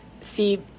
See